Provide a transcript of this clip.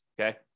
okay